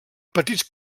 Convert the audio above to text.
petits